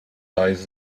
days